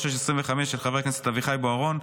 פ/4736/25, של חבר הכנסת אביחי בוארון,